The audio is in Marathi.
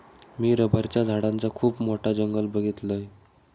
मी रबराच्या झाडांचा खुप मोठा जंगल बघीतलय